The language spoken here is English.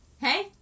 Hey